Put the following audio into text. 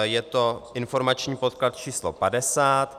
Je to informační podklad č. 50.